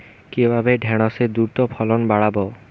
কিভাবে ঢেঁড়সের দ্রুত ফলন বাড়াব?